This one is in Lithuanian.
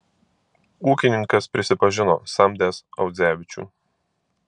ūkininkas prisipažino samdęs audzevičių